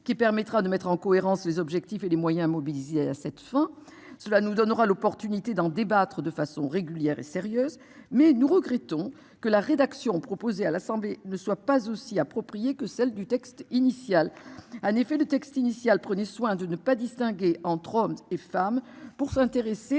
qui permettra de mettre en cohérence les objectifs et les moyens mobilisés à cette fin. Cela nous donnera l'opportunité d'en débattre de façon régulière et sérieuse mais nous regrettons que la rédaction proposée à l'assemblée ne soit pas aussi appropriée que celle du texte initial, en effet, le texte initial, prenez soin de ne pas distinguer entre homme et femme pour s'intéresser